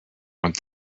want